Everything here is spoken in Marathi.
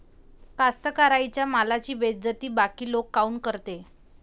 कास्तकाराइच्या मालाची बेइज्जती बाकी लोक काऊन करते?